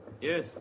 Yes